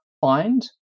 find